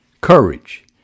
Courage